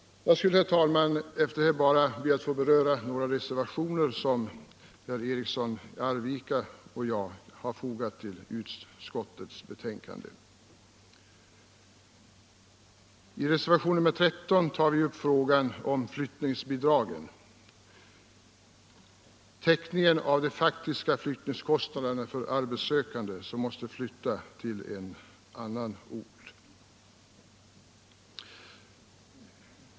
Jag skulle, herr talman, efter detta bara beröra några reservationer som herr Eriksson i Arvika och jag har fogat till utskottets betänkande. I reservationen 13 tar vi upp frågan om flyttningsbidragen — täckningen av de faktiska flyttningskostnaderna för arbetssökande som måste flytta till en annan ort.